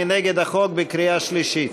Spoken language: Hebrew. מי נגד החוק בקריאה שלישית?